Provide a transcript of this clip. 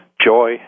Joy